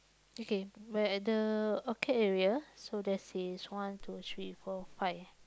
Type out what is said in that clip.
okay where at the orchid area so there's is one two three four five